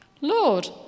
Lord